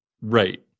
Right